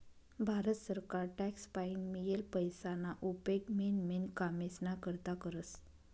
भारत सरकार टॅक्स पाईन मियेल पैसाना उपेग मेन मेन कामेस्ना करता करस